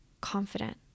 confident